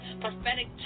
prophetic